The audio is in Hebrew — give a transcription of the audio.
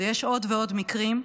ויש עוד ועוד מקרים.